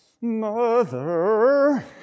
Mother